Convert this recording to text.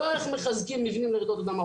לא איך מחזקים מבנים לרעידות אדמה.